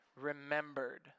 remembered